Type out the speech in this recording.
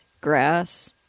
grass